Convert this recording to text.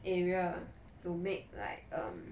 area to make like um